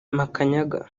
makanyaga